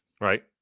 right